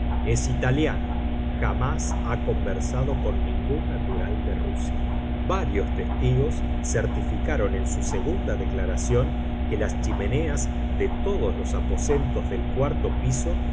es italiano jamás ha conversado con ningún natural de rusia varios testigos certificaron en su segunda declaración que las chimeneas de todos los aposentos del cuarto piso